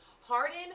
Harden